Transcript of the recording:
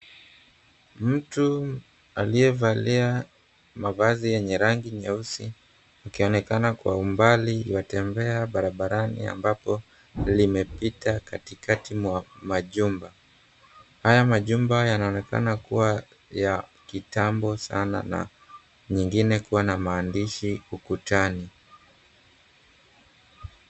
Mtu aliyevalia mavazi yenye rangi nyeusi ukionekana kwa umbali watembea barabarani ambapo limepita katikati mwa majumba. Haya majumba yanaonekana kuwa ya kitambo sana na nyingine kuwa na maandishi ukutani.